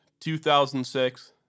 2006